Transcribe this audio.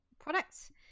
products